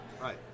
Right